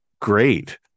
great